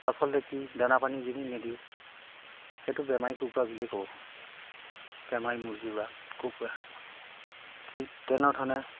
আচলতে কি দানা পানী যদি নিদিওঁ সেইটো বেমাৰী কুকুৰা বুলিয়ে কওঁ বেমাৰী মুৰ্গী বা কুকুৰা ঠিক তেনেধৰণে